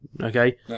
Okay